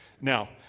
Now